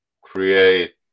create